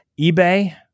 eBay